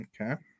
Okay